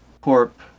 Corp